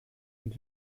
und